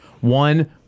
one